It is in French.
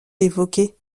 évoqués